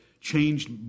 Changed